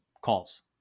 calls